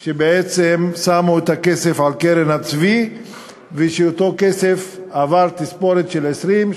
מגלים שבעצם שמו את הכסף על קרן הצבי ושאותו כסף עבר תספורת של 20%,